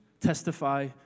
testify